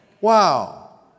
Wow